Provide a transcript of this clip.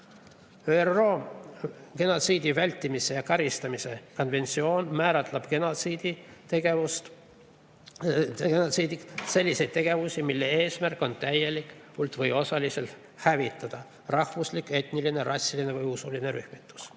ÜRO genotsiidi vältimise ja karistamise konventsioon määratleb genotsiiditegevused: need on sellised tegevused, mille eesmärk on täielikult või osaliselt hävitada rahvuslik, etniline, rassiline või usuline rühmitus.